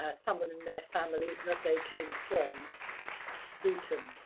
ah someone in their family that they came from luton,